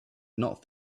not